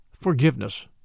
forgiveness